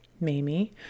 Mamie